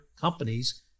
companies